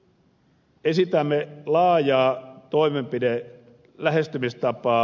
nyt esitämme laajaa lähestymistapaa